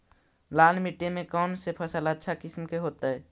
लाल मिट्टी में कौन से फसल अच्छा किस्म के होतै?